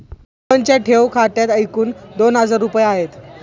सोहनच्या ठेव खात्यात एकूण दोन हजार रुपये आहेत